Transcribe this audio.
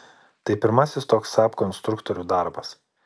tai pirmasis toks saab konstruktorių darbas